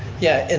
yeah, and